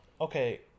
Okay